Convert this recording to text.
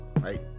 right